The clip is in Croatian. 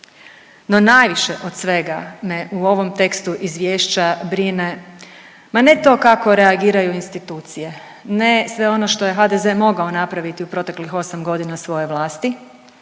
No, najviše od svega me u ovom tekstu izvješća brine, ma ne to kako reagiraju institucije, ne sve ono što je HDZ mogao napraviti u proteklih 8 godina svoje vlasti,